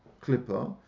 Clipper